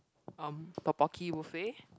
um ddeokbokki buffet